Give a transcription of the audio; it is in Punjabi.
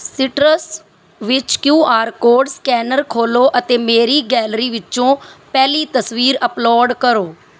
ਸਿਟਰਸ ਵਿੱਚ ਕਿਯੂ ਆਰ ਕੋਡ ਸਕੈਨਰ ਖੋਲ੍ਹੋ ਅਤੇ ਮੇਰੀ ਗੈਲਰੀ ਵਿੱਚੋਂ ਪਹਿਲੀ ਤਸਵੀਰ ਅੱਪਲੋਡ ਕਰੋ